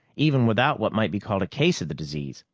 even without what might be called a case of the disease.